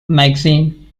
magazine